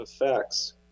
effects